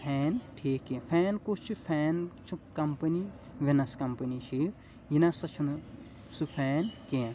fan ٹھیٖک کینٛہہ fan کُس چھُ فین چھُ کمپنی وِنس کمپنی چھِ یہِ یہِ نسا چھُنہٕ سُہ فین کینٛہہ